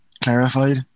clarified